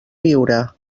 viure